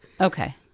Okay